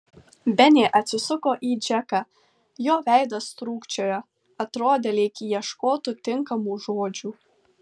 benė atsisuko į džeką jo veidas trūkčiojo atrodė lyg ieškotų tinkamų žodžių